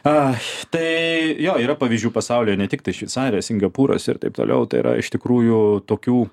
ai tai jo yra pavyzdžių pasaulyje ne tiktai šveicarija singapūras ir taip toliau tai yra iš tikrųjų tokių